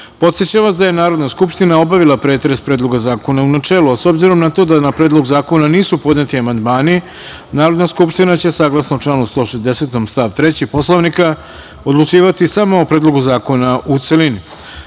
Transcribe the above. vas da je Narodna skupština obavila pretres Predloga zakona u načelu, a s obzirom na to da na Predlog zakona nisu podneti amandmani, Narodna skupština će, saglasno članu 160. stav 3. Poslovnika, odlučivati samo o Predlogu zakona u